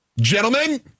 Gentlemen